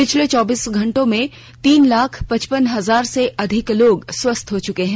पिछले चौबीस घंटों में तीन लाख पचपन हजार से अधिक लोग स्वस्थ हो चुके हैं